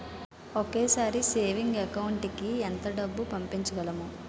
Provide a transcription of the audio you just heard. ఒకేసారి savings account కి ఎంత డబ్బు పంపించగలము?